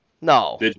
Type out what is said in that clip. No